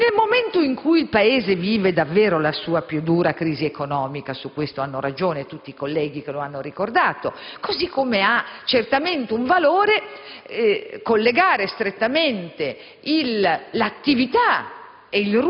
Nel momento in cui il Paese vive davvero la sua più dura crisi economica, e su questo hanno ragione tutti i senatori che lo hanno ricordato, ha certamente un valore rilevante collegare strettamente l'attività